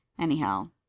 anyhow